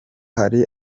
hari